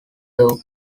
dog